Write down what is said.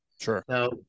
Sure